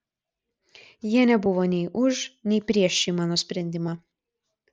jie nebuvo nei už nei prieš šį mano sprendimą